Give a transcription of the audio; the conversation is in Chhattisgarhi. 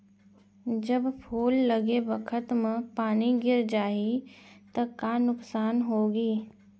जब फूल लगे बखत म पानी गिर जाही त का नुकसान होगी?